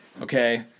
Okay